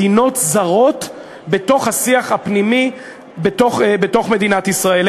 הוויכוח הוא על ההתערבות של מדינות זרות בשיח הפנימי במדינת ישראל.